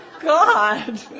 God